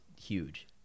huge